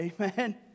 amen